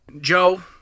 Joe